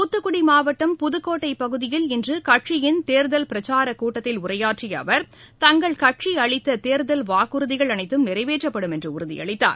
தூத்துக்குடி மாவட்டம் புதுக்கோட்டை பகுதியில் இன்று கட்சியின் தேர்தல் பிரச்சார கூட்டத்தில் உரையாற்றிய அவர் தங்கள் கட்சி அளித்த தேர்தல் வாக்குறுதிகள் அனைத்தும் நிறைவேற்றப்படும் என்று உறுதியளித்தார்